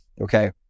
Okay